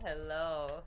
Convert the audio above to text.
hello